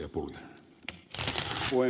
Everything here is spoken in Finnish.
arvoisa puhemies